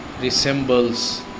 resembles